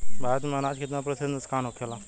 भारत में अनाज कितना प्रतिशत नुकसान होखेला?